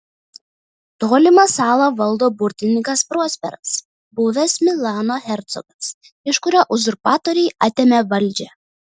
tolimą salą valdo burtininkas prosperas buvęs milano hercogas iš kurio uzurpatoriai atėmė valdžią